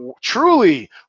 truly